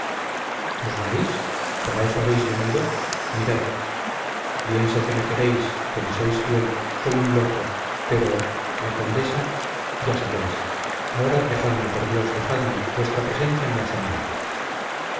para eso habéis venido mirad bien sé que me queréis que me sois fiel soy un loco pero la condesa ya sabéis ahora dejadme por dios dejadme vuestra presencia me hace mal